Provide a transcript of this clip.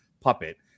puppet